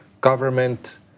government